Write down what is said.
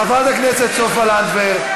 חברת הכנסת סופה לנדבר,